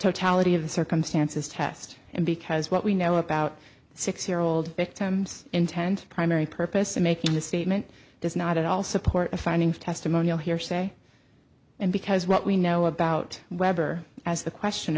totality of the circumstances test and because what we know about six year old victims intent primary purpose of making the statement does not at all support a finding of testimonial hearsay and because what we know about weber as the